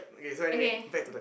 okay